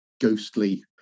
ghostly